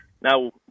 Now